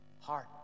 Heart